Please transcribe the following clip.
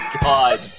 god